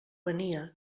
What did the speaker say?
venia